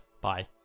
bye